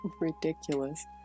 Ridiculous